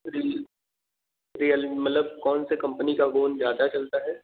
जी Realme मतलब कौन सी कंपनी का फ़ोन ज़्यादा चलता है